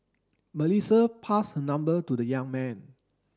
Melissa passed her number to the young man